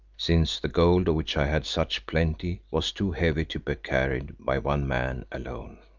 since the gold of which i had such plenty was too heavy to be carried by one man alone.